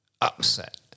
upset